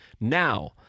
Now